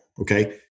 okay